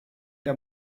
der